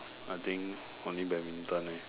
I think only badminton leh